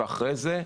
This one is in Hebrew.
אחרי זה,